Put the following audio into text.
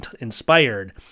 inspired